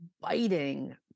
biting